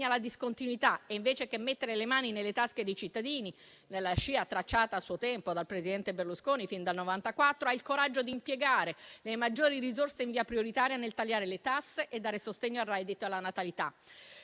la discontinuità e, invece che mettere le mani nelle tasche dei cittadini, nella scia tracciata a suo tempo dal presidente Berlusconi fin dal 1994 ha il coraggio di impiegare le maggiori risorse in via prioritaria nel tagliare le tasse e dare sostegno al reddito e alla natalità.